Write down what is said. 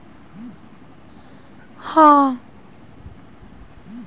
no your balance सुविधा का हैकर्स बहुत दुरुपयोग करते हैं